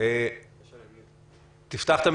הבדיקות בתוך